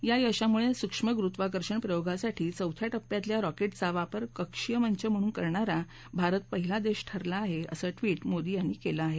या यशामुळे सूक्ष्म गुरुत्वाकर्षण प्रयोगासाठी चौथ्या टप्प्यातल्या रॉकेटचा वापर कक्षीय मंच म्हणून करणारा भारत पहिला देश ठरला आहे असं ट्विट मोदी यांनी केलं आहे